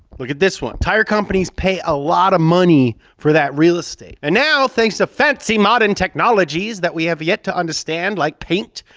look at this one. tire companies pay a lot of money for that real estate, and now thanks to fancy modern technologies that we have yet to understand like paint,